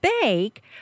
bake